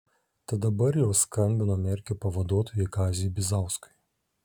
tad dabar jau skambino merkio pavaduotojui kaziui bizauskui